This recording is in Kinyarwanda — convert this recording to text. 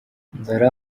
nzarora